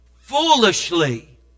foolishly